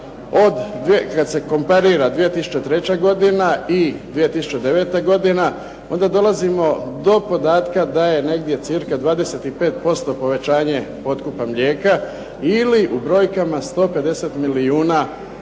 kad se komparira 2003. godina i 2009. godina onda dolazimo do podatka da je negdje cirka 25% povećanje otkupa mlijeka ili u brojkama 150 milijuna litara